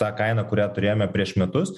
tą kainą kurią turėjome prieš metus